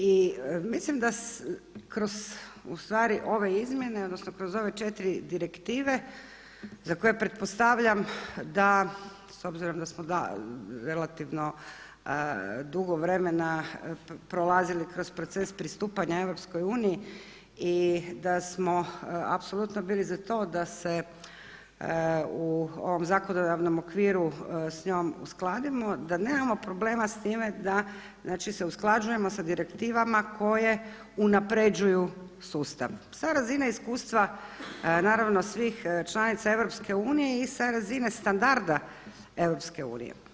I mislim da kroz u stvari ove izmjene, odnosno kroz ove četiri direktive za koje pretpostavljam da s obzirom da smo relativno dugo vremena prolazili kroz proces pristupanja EU i da smo apsolutno bili za to da se u ovom zakonodavnom okviru s njom uskladimo, da nemamo problema s time da, znači se usklađujemo sa direktivama koje unapređuju sustav sa razine iskustva naravno svih članica EU i sa razine standarda EU.